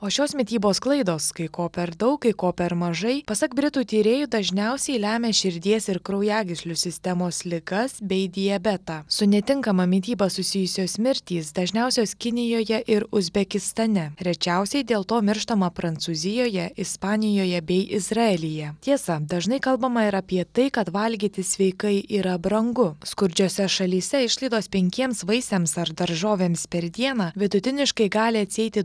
o šios mitybos klaidos kai ko per daug kai ko per mažai pasak britų tyrėjų dažniausiai lemia širdies ir kraujagyslių sistemos ligas bei diabetą su netinkama mityba susijusios mirtys dažniausios kinijoje ir uzbekistane rečiausiai dėl to mirštama prancūzijoje ispanijoje bei izraelyje tiesa dažnai kalbama ir apie tai kad valgyti sveikai yra brangu skurdžiose šalyse išlaidos penkiems vaisiams ar daržovėms per dieną vidutiniškai gali atsieiti